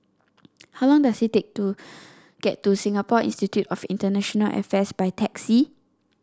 how long does it take to get to Singapore Institute of International Affairs by taxi